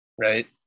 Right